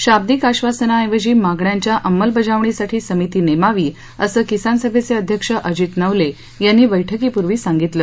शाब्दिक आक्वासनाऐवजी मागण्यांच्या अंमलबावणीसाठी समिती नेमावी असं किसान सभेचे अध्यक्ष अजित नवले यांनी बैठकीपूर्वी सांगितलं